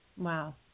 Wow